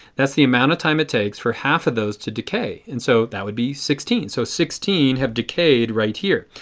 that is the amount of time it takes for half of those to decay. and so that would be sixteen. so sixteen have decayed right here.